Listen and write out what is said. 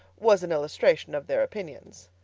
was an illustration of their opinions.